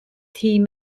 team